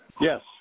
Yes